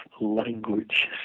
language